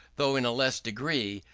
though in a less degree,